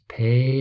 pay